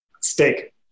steak